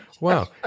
Wow